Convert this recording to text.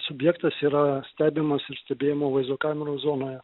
subjektas yra stebimas ir stebėjimo vaizdo kamerų zonoje